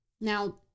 Now